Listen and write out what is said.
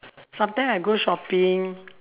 sometime I go shopping